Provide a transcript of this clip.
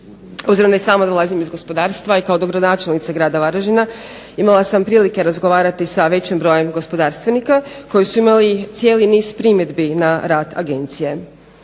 Obzirom da i sama dolazim iz gospodarstva i kao dogradonačelnica Grada Varaždina imala sam prilike razgovarati sa većim brojem gospodarstvenika koji su imali cijeli niz primjedbi na rad agencije.